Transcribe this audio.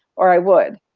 or i would,